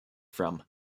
from